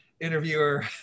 interviewer